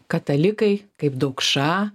katalikai kaip daukša